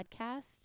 Podcast